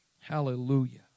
Hallelujah